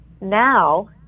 Now